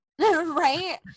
right